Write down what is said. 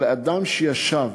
אבל אדם שישב